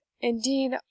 indeed